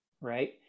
right